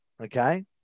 Okay